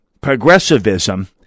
progressivism